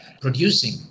producing